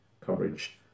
coverage